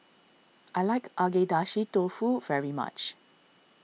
I like Agedashi Dofu very much